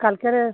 কালকেরে